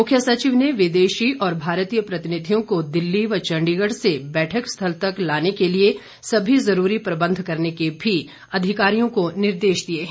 मुख्य सचिव ने विदेशी और भारतीय प्रतिनिधियों को दिल्ली और चंडीगढ़ से बैठक स्थल तक लाने के लिए सभी जरूरी प्रबंध करने के भी अधिकारियों को निर्देश दिए हैं